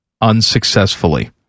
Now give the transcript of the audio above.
unsuccessfully